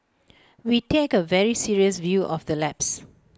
we take A very serious view of the lapse